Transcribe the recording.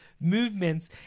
movements